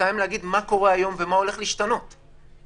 שנית, להגיד מה קורה היום ומה הולך להשתנות בחברה.